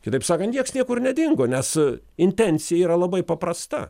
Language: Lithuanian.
kitaip sakant nieks niekur nedingo nes intencija yra labai paprasta